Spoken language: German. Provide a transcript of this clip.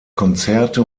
konzerte